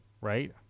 Right